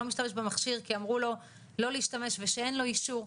לא משתמש במכשיר כי אמרו לו לא להשתמש ושאין לו אישור,